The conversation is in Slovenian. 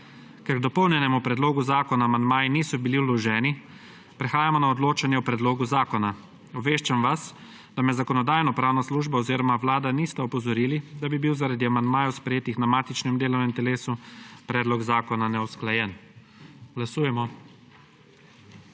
Ker k dopolnjenemu predlogu zakona amandmaji niso bili vloženi prehajamo na odločanje o predlogu zakona. Obveščam vas, da me Zakonodajno-pravna služba oziroma vlada nista opozorili, da bi bil zaradi amandmajev sprejetih na matičnem delovnem telesu predlog zakona neusklajen. Glasujemo.